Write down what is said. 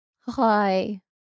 Hi